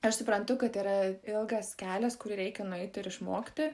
aš suprantu kad yra ilgas kelias kurį reikia nueiti ir išmokti